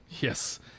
Yes